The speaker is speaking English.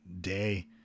day